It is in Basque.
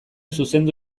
zuzendu